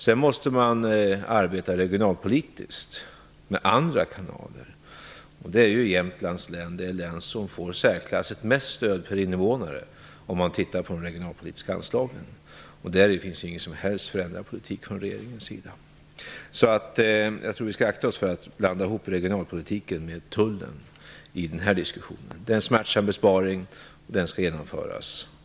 Sedan måste man arbeta regionalpolitiskt via andra kanaler. Jämtlands län är det län som får särklassigt mest stöd per invånare om man ser till de regionalpolitiska anslagen. Där finns ingen som helst förändrad politik från regeringens sida. Vi skall akta oss för att blanda ihop regionalpolitiken med tullen i den här diskussionen. Det är en smärtsam besparing, och den skall genomföras.